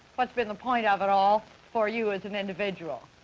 what's been the point of it all for you as an individual?